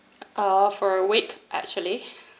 uh for a week actually